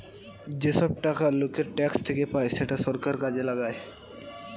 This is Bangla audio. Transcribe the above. যেসব টাকা লোকের ট্যাক্স থেকে পায় সেটা সরকার কাজে লাগায়